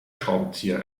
schraubenzieher